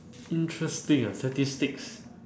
interesting ah statistics